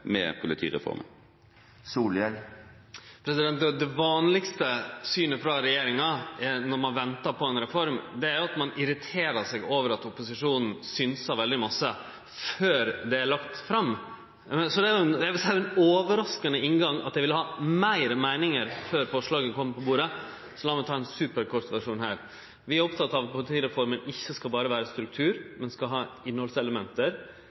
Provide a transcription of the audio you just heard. Det vanlegaste synet til regjeringa når ein ventar på ei reform, er at ein irriterer seg over at opposisjonen synsar veldig mykje før ho er lagt fram. Så eg vil seie at det er ein overraskande inngang at dei vil ha fleire meiningar før forslaget kjem på bordet. La meg ta ein superkort versjon her: Vi er opptekne av at politireforma ikkje berre skal vere struktur, men ha innhaldselement.